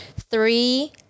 three